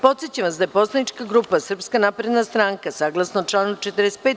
Podsećam vas da je poslanička grupa Srpska napredna stranka, saglasno članu 45.